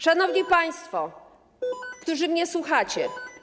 Szanowni państwo, którzy mnie słuchacie!